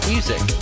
Music